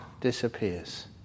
disappears